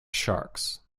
sharks